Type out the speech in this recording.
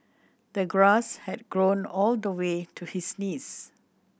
the grass had grown all the way to his knees